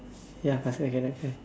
ya faster I cannot